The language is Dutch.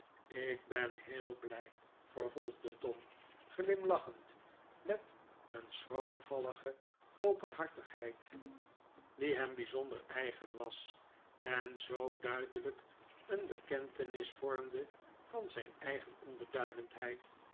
ik ben heel blij vervolgde tom glimlachend met een schroomvallige openhartigheid die hem bijzonder eigen was en zoo duidelijk een bekentenis vormde van zijn eigen onbeduidendheid